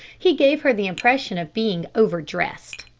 he gave her the impression of being over-dressed.